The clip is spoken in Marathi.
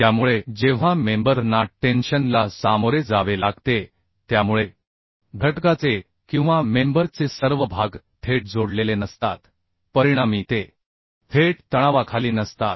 त्यामुळे जेव्हा मेंबर ना टेन्शन ला सामोरे जावे लागते त्यामुळे घटकाचे किंवा मेंबर चे सर्व भाग थेट जोडलेले नसतात परिणामी ते थेट तणावाखाली नसतात